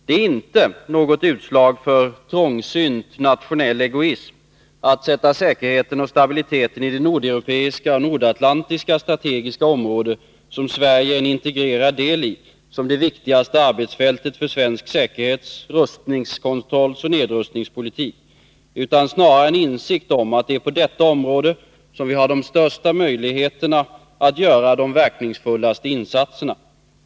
Det är inte något utslag av trångsynt nationell egoism att sätta säkerheten och stabiliteten i det nordeuropeiska och nordatlantiska strategiska område som Sverige är en integrerad del av som det viktigaste arbetsfältet för svensk säkerhets-, rustningskontrollsoch nedrustningspolitik, utan snarare en insikt om att det är på detta område som vi har de största möjligheterna att göra de verkningsfullaste insatserna.